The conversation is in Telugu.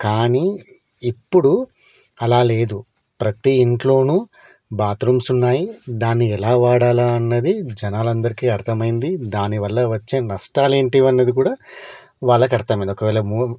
కానీ ఇప్పుడు అలా లేదు ప్రతి ఇంట్లో బాత్రూమ్స్ ఉన్నాయి దాన్ని ఎలా వాడాలి అన్నది జనాలు అందరికి అర్థమైంది దాని వల్ల వచ్చే నష్టాలు ఏంటి అన్నది కూడా వాళ్ళకు అర్థమైంది ఒకవేళ మూ